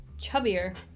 chubbier